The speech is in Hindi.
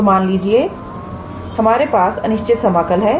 तो मान लीजिए इस बार हमारे पास अनिश्चित समाकल है